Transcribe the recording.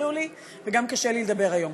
הפריעו לי, וגם קשה לי לדבר היום.